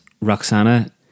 Roxana